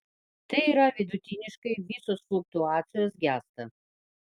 tai yra vidutiniškai visos fluktuacijos gęsta